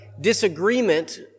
disagreement